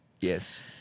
Yes